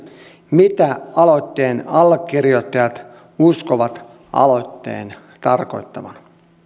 mitä aloitteen allekirjoittajat uskovat aloitteen tarkoittavan